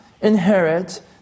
inherit